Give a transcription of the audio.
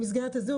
במסגרת הזאת,